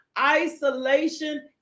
isolation